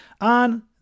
on